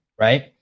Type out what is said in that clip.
right